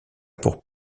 pour